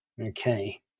Okay